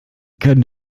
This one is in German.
können